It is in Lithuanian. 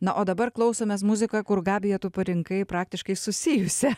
na o dabar klausomės muziką kur gabija tu parinkai praktiškai susijusią